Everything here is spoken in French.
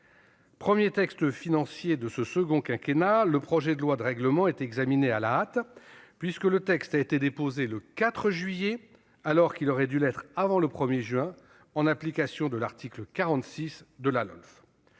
Premier texte financier du second quinquennat, le projet de loi de règlement est examiné à la hâte, puisque le texte a été déposé le 4 juillet, alors qu'il aurait dû l'être avant le 1 juin, en application de l'article 46 de la LOLF.